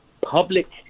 public